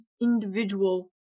individual